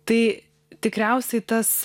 tai tikriausiai tas